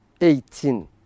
eighteen